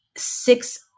six